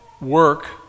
work